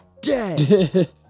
dead